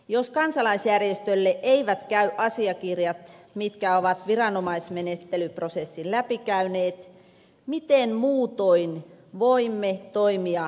jos kansalaisjärjestölle eivät käy asiakirjat jotka ovat viranomaismenettelyprosessin läpikäyneet miten muutoin voimme toimia lainkirjan mukaan